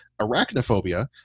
arachnophobia